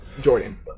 Jordan